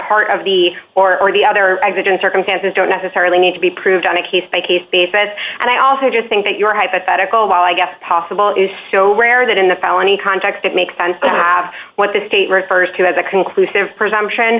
part of the or or the other evidence circumstances don't necessarily need to be proved on a case by case basis and i also just think that your hypothetical i guess possible is so rare that in the felony context it makes sense to have what the state refers to as a conclusive presumption